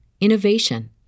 innovation